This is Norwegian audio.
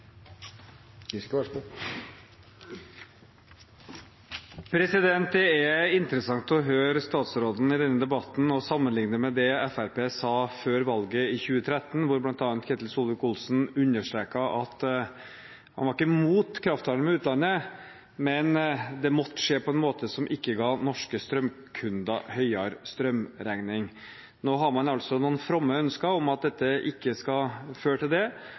interessant å høre statsråden i denne debatten og sammenligne med det Fremskrittspartiet sa før valget i 2013, da bl.a. Ketil Solvik-Olsen understreket at han var ikke mot krafthandel med utlandet, men det måtte skje på en måte som ikke ga norske strømkunder høyere strømregning. Nå har man altså noen fromme ønsker om at dette ikke skal føre til det,